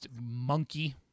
monkey